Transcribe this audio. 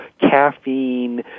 caffeine